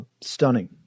stunning